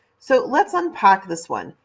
so let's unpack this one,